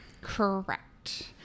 correct